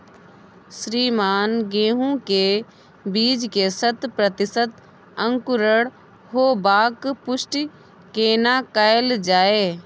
श्रीमान गेहूं के बीज के शत प्रतिसत अंकुरण होबाक पुष्टि केना कैल जाय?